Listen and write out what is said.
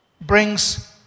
brings